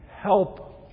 Help